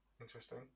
Interesting